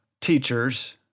teachers